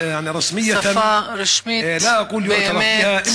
שפה רשמית באמת.